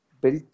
built